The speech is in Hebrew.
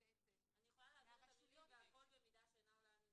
אני יכולה להבהיר את המילים "והכל במידה שאינה עולה על הנדרש"